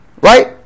Right